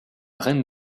reine